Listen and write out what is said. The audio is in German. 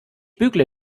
bügle